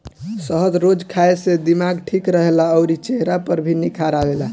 शहद रोज खाए से दिमाग ठीक रहेला अउरी चेहरा पर भी निखार आवेला